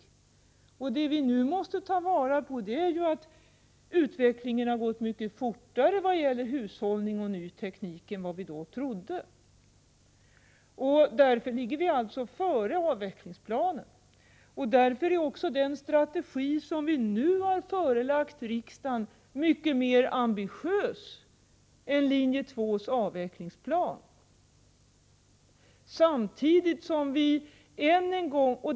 Det vi nu måste ta vara på är att utvecklingen har gått mycket fortare vad Igäller hushållning och ny teknik än vad vi då trodde. Därför ligger vi före 'avvecklingsplanen. Därför är också den strategi som vi nu har förelagt riksdagen mycket mer ambitiös än linje 2:s avvecklingsplan.